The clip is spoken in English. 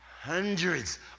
hundreds